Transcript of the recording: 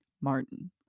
Martin